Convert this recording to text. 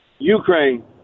Ukraine